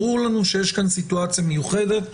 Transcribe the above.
ברור לנו שיש כאן סיטואציה מיוחדת.